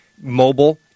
Mobile